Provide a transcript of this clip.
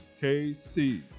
K-C